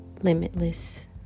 limitless